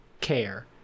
care